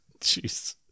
jeez